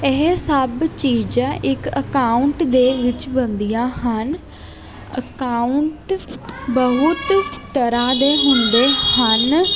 ਇਹ ਸਭ ਚੀਜ਼ਾਂ ਇੱਕ ਅਕਾਊਟ ਦੇ ਵਿੱਚ ਬਣਦੀਆਂ ਹਨ ਅਕਾਊਟ ਬਹੁਤ ਤਰ੍ਹਾਂ ਦੇ ਹੁੰਦੇ ਹਨ